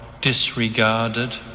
disregarded